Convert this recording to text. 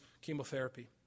chemotherapy